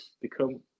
become